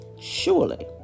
Surely